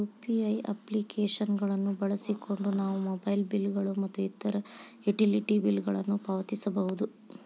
UPI application ಗಳನ್ನು ಬಳಸಿಕೊಂಡು ನಾವು ಮೊಬೈಲ್ ಬಿಲ್ ಗಳು ಮತ್ತು ಇತರ ಯುಟಿಲಿಟಿ ಬಿಲ್ ಗಳನ್ನು ಪಾವತಿಸಬಹುದು